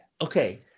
Okay